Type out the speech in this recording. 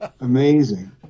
Amazing